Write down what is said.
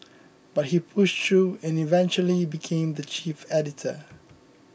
but he pushed through and eventually became the chief editor